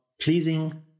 pleasing